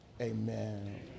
Amen